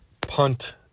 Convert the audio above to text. punt